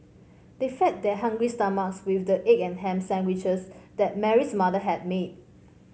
they fed their hungry stomachs with the egg and ham sandwiches that Mary's mother had made